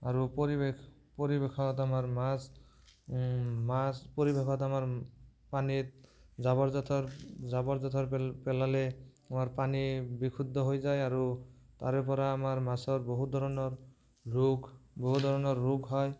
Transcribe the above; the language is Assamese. আৰু পৰিৱেশ পৰিৱেশত আমাৰ মাছ মাছ পৰিৱেশত আমাৰ পানীত জাবৰ জোঁথৰ জাবৰ জোঁথৰ পেলালে আমাৰ পানী বিশুদ্ধ হৈ যায় আৰু তাৰ পৰা আমাৰ মাছৰ বহুত ধৰণৰ ৰোগ বহুত ধৰণৰ ৰোগ হয়